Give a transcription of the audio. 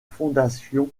fondation